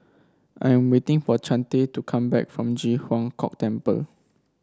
I'm waiting for Chante to come back from Ji Huang Kok Temple